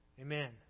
Amen